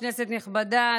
כנסת נכבדה,